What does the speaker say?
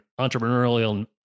entrepreneurial